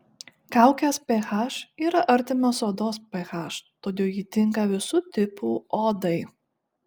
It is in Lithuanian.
kaukės ph yra artimas odos ph todėl ji tinka visų tipų odai